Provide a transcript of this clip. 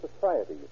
society